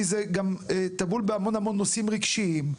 כי זה טבול בהמון נושאים רגשיים.